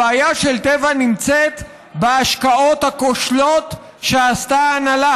הבעיה של טבע נמצאת בהשקעות הכושלות שעשתה ההנהלה,